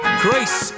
grace